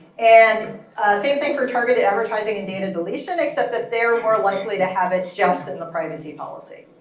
and same thing for targeted advertising and data deletion. except that they're more likely to have it just in the privacy policy.